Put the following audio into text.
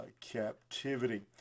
captivity